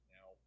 Now